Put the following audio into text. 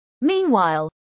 meanwhile